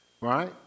right